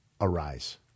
arise